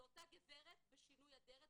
זו אותה גברת בשינוי אדרת,